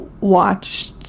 watched